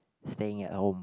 staying at home